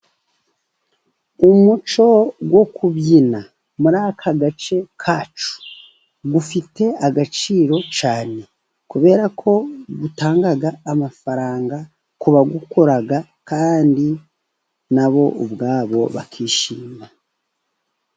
Umuco wo kubyina muri aka gace kacu, ufite agaciro cyane, kubera ko utanga amafaranga ku bawukora, kandi na bo ubwabo bakishima.